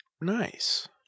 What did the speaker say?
Nice